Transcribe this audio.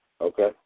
Okay